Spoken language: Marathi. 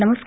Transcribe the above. नमस्कार